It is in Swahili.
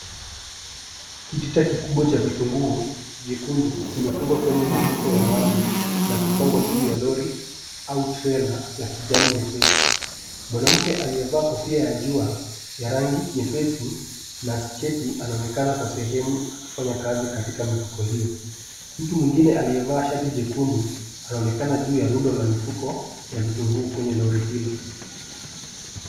Kitita kikubwa cha vitunguu vyekundu kimefungwa kwenye mifuko ya wavu na kupangwa juu ya lori au trela la kijani nyepesi ,mwanamke aliyevaa kofia ya jua ya rangi nyepesi na sketi anaonekana kwa sehemu akifanya kazi katika mifuko hiyo ,mtu mwingine aliyevaa shati jekundu anaonekana juu ya rundo la mifuko ya vitunguu kwenye lori hilo.